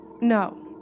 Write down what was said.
No